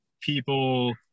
people